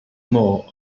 more